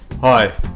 Hi